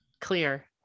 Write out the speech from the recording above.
clear